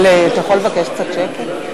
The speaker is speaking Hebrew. אבל אתה יכול לבקש קצת שקט?